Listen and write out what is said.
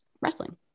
wrestling